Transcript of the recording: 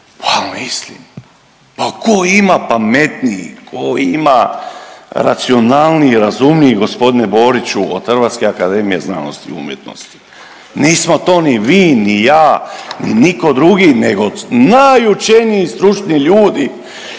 pa tko ima pametniji, tko ima racionalniji, razumljivi gospodine Boriću od Hrvatske akademije znanosti i umjetnosti? Nismo to ni vi, ni ja, ni nitko drugi, nego najučeniji stručni ljudi